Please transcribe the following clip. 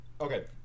Okay